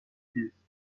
چیست